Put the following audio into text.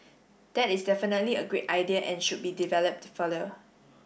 that is definitely a great idea and should be developed further